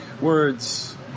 words